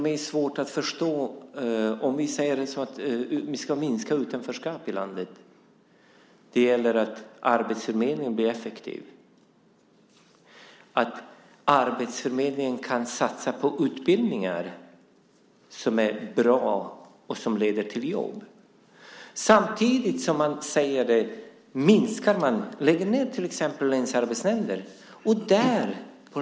Man säger att vi ska minska utanförskapet i landet och att det gäller att arbetsförmedlingen kan bli effektiv och satsar på utbildningar som är bra och som leder till jobb. Samtidigt som man säger det lägger man ned till exempel länsarbetsnämnderna.